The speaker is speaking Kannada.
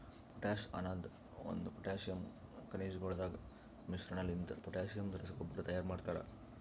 ಪೊಟಾಶ್ ಅನದ್ ಒಂದು ಪೊಟ್ಯಾಸಿಯಮ್ ಖನಿಜಗೊಳದಾಗ್ ಮಿಶ್ರಣಲಿಂತ ಪೊಟ್ಯಾಸಿಯಮ್ ರಸಗೊಬ್ಬರ ತೈಯಾರ್ ಮಾಡ್ತರ